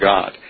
God